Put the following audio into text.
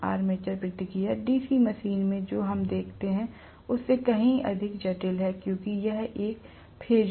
यहाँ आर्मेचर प्रतिक्रिया DC machine में जो हम देखते हैं उससे कहीं अधिक जटिल है क्योंकि यह एक फेजर है